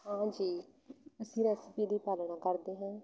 ਹਾਂਜੀ ਅਸੀਂ ਰੈਸਿਪੀ ਦੀ ਪਾਲਣਾ ਕਰਦੇ ਹਾਂ